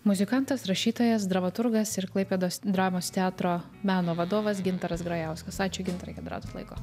muzikantas rašytojas dramaturgas ir klaipėdos dramos teatro meno vadovas gintaras grajauskas ačiū gintarai kad radot laiko